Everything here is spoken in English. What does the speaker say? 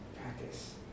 Practice